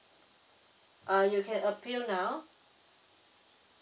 uh you can appeal now